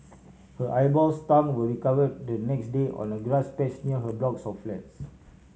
her eyeballs tongue were recovered the next day on a grass patch near her blocks of flats